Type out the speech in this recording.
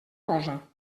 cosa